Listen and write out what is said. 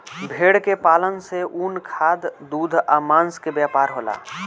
भेड़ के पालन से ऊन, खाद, दूध आ मांस के व्यापार होला